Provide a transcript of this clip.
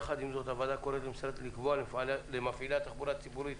יחד עם זאת הוועדה קוראת למשרד לקבוע למפעילי התחבורה הציבורית